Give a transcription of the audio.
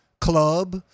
club